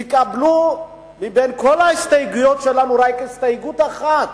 תקבלו מבין כל ההסתייגויות שלנו רק הסתייגות אחת,